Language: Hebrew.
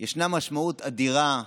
יש לה משמעות אדירה,